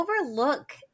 overlook